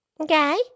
Okay